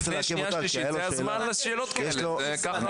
לפני שנייה שלישית זה הזמן לשאלות כאלה,